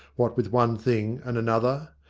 what with one thing and another.